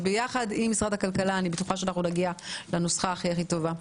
ויחד עם משרד הכלכלה אני בטוחה שנגיע לנוסחה הכי טובה.